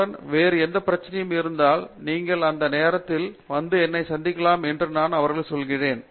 மூர்த்தி உங்களுக்கு வேறு எந்தப் பிரச்சினையும் இருந்தால் நீங்கள் எந்த நேரத்திலும் வந்து என்னை சந்திக்கலாம் என்று நான் அவர்களுக்கு சொல்கிறேன்